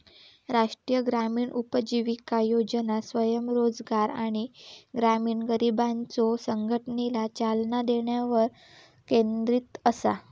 राष्ट्रीय ग्रामीण उपजीविका योजना स्वयंरोजगार आणि ग्रामीण गरिबांच्यो संघटनेला चालना देण्यावर केंद्रित असा